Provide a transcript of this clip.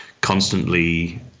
constantly